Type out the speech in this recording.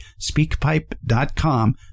speakpipe.com